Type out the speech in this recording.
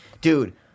dude